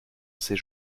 ces